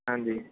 ਹਾਂਜੀ